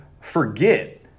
forget